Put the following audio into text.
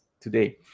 today